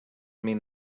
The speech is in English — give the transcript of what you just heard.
mean